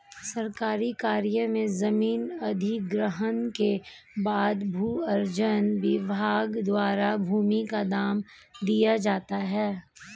सरकारी कार्य में जमीन अधिग्रहण के बाद भू अर्जन विभाग द्वारा भूमि का दाम दिया जाता है